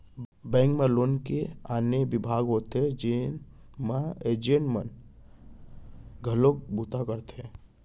bank म loan के आने बिभाग होथे जेन म एजेंट मन घलोक बूता करथे